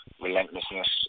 relentlessness